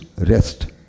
rest